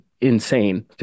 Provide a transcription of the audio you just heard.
insane